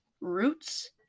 roots